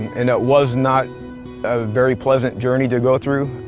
and it was not a very pleasant journey to go through.